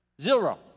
Zero